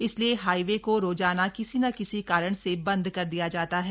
इसलिए हाईवे को रोजाना किसी न किसी कारण से बंद कर दिया जाता है